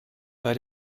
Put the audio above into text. bei